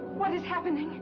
what is happening?